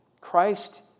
Christ